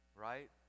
right